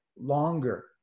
longer